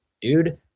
dude